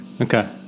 Okay